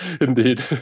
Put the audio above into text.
Indeed